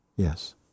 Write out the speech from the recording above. Yes